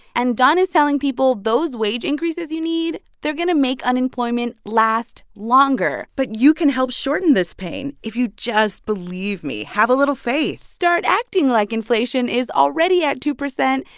and don is telling people, those wage increases you need they're going to make unemployment last longer but you can help shorten this pain if you just believe me. have a little faith start acting like inflation is already at two percent,